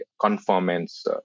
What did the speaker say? conformance